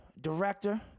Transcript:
director